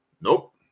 Nope